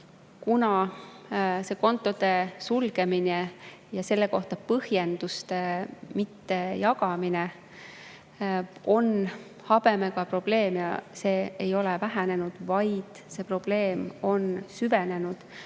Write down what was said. kuna kontode sulgemine ja selle kohta põhjenduste mittejagamine on habemega probleem ja see ei ole vähenenud, vaid on süvenenud.